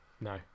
no